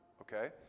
okay